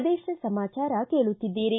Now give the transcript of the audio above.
ಪ್ರದೇಶ ಸಮಾಚಾರ ಕೇಳುತ್ತಿದ್ದೀರಿ